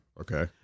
Okay